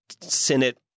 Senate